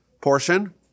portion